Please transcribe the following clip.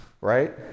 right